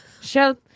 Show